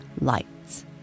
lights